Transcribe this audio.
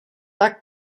tak